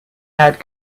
add